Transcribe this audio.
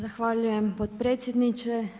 Zahvaljujem potpredsjedniče.